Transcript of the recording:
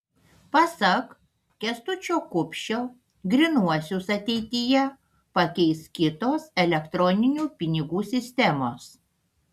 pasak kęstučio kupšio grynuosius ateityje pakeis kitos elektroninių pinigų sistemos